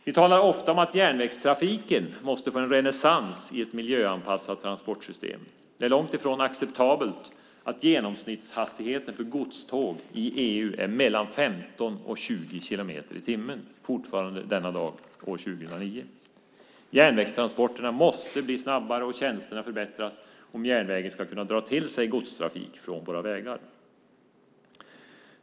Vi talar ofta om att järnvägstrafiken måste få en renässans i ett miljöanpassat transportsystem. Det är långt ifrån acceptabelt att genomsnittshastigheten för godståg i EU är mellan 15 och 20 kilometer i timmen - fortfarande, denna dag 2009. Järnvägstransporterna måste bli snabbare och tjänsterna förbättras om järnvägen ska kunna dra till sig godstrafik från våra vägar.